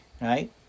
right